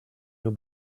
nur